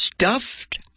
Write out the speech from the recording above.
stuffed